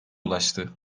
ulaştı